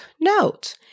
note